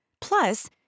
Plus